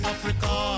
Africa